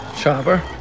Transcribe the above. Chopper